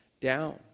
down